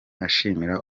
ashimira